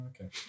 okay